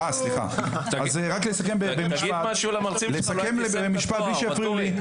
אז רק לסכם במשפט בלי שיפריעו לי,